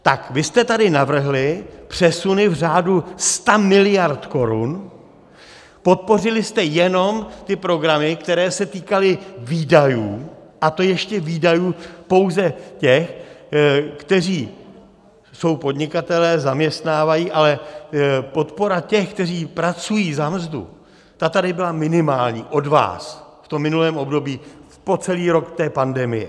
Tak vy jste tady navrhli přesuny v řádu stamiliard korun, podpořili jste jenom ty programy, které se týkaly výdajů, a to ještě výdajů pouze těch, kteří jsou podnikatelé, zaměstnávají, ale podpora těch, kteří pracují za mzdu, ta tady byla minimální od vás v tom minulém období, po celý rok té pandemie.